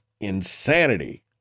insanity